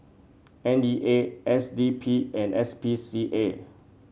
N E A S D P and S P C A